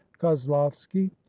Kozlovsky